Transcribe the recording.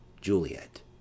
Juliet